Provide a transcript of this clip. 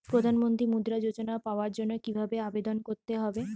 প্রধান মন্ত্রী মুদ্রা যোজনা পাওয়ার জন্য কিভাবে আবেদন করতে হবে?